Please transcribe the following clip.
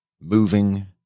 moving